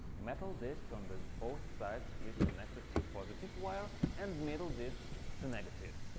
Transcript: metal discs on the both sides is connected to positive wire, and middle disc to negative.